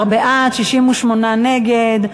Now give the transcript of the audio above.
13 בעד, 68 נגד.